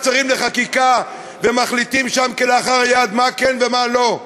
שרים לחקיקה ומחליטים שם כלאחר יד מה כן ומה לא.